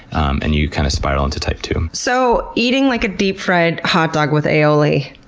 and you kind of spiral into type two. so eating, like, a deep-fried hot dog with aioli,